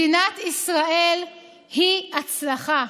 מדינת ישראל היא הצלחה.